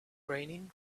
raining